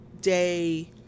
day